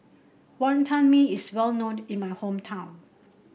Wonton Mee is well known in my hometown